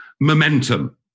momentum